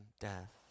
death